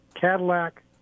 Cadillac